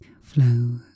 flow